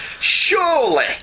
Surely